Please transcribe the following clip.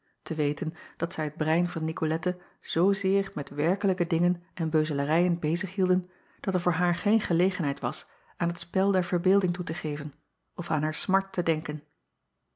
te weten dat zij het brein van icolette zoozeer met werkelijke dingen en beuzelarijen bezig hielden dat er voor haar geen gelegenheid was aan het spel der verbeelding toe te geven of aan haar smart te denken